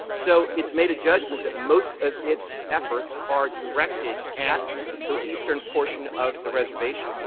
so it's made a judgment that most of its efforts are directed at the eastern portion of the reservation.